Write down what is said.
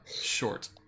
short